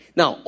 now